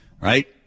right